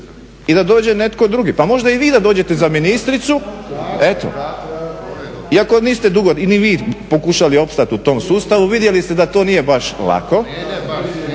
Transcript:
i da dođe netko drugi. Pa možda i vi da dođete za ministricu, eto iako niste dugo ni vi pokušali opstati u tom sustavu. Vidjeli ste da to nije baš lako. Ali evo,